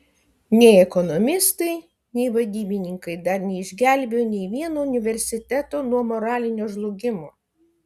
nei ekonomistai nei vadybininkai dar neišgelbėjo nei vieno universiteto nuo moralinio žlugimo